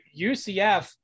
UCF